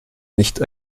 nicht